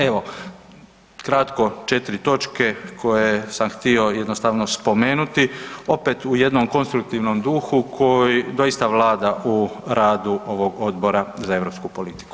Evo, kratko četiri točke koje sam htio jednostavno spomenuti, opet u jednom konstruktivnom duhu koji doista vlada u radu ovog Odbora za europsku politiku.